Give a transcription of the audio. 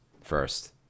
first